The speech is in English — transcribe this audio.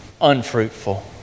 unfruitful